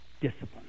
discipline